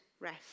rest